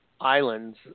islands